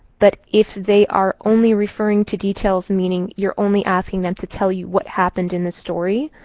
but if they are only referring to details, meaning you're only asking them to tell you what happened in the story,